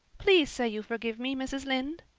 please say you forgive me, mrs. lynde.